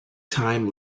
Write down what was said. time